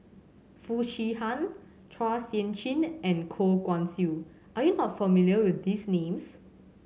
Foo Chee Han Chua Sian Chin and Goh Guan Siew are you not familiar with these names